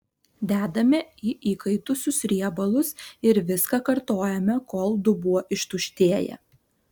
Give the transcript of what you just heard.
dedame į įkaitusius riebalus ir viską kartojame kol dubuo ištuštėja